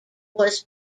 was